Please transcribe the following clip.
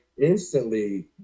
instantly